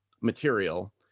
material